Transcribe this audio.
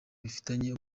bifitanye